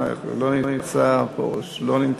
חבר הכנסת אייכלר, לא נמצא, פרוש, לא נמצא,